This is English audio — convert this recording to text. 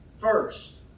first